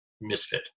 misfit